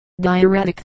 diuretic